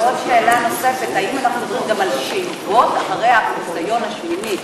ועוד שאלה: האם אנחנו מדברים גם על שאיבות אחרי הניסיון השמיני,